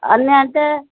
అన్నీ అంటే